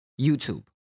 YouTube